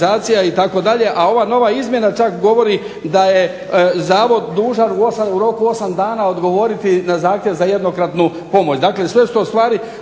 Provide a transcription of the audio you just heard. ...